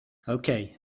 okay